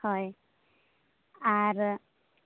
ᱦᱳᱭ ᱟᱨ